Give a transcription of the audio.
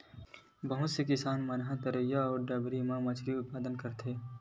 बहुत से किसान मन ह तरईया, डबरी म मछरी के उत्पादन करत हे